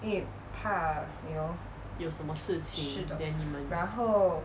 有什么事情 then 你们